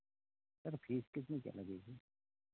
sir fees कितने क्या लगेगी